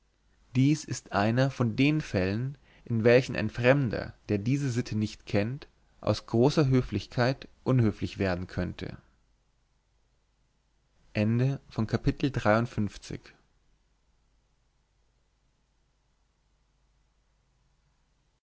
dies ist einer von den fällen in welchen ein fremder der diese sitte nicht kennt aus großer höflichkeit unhöflich werden könnte